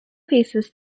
faces